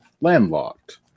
landlocked